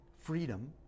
freedom